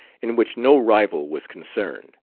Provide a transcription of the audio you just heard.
in which no rival was concerned.